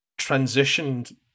transitioned